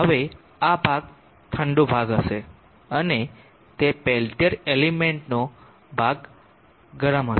હવે આ ભાગ ઠંડો ભાગ હશે અને તે પેલ્ટીર એલિમેન્ટનો ગરમ ભાગ હશે